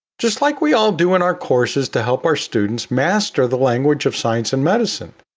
just like we all do in our courses to help our students master the language of science and medicine.